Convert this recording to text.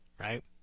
Right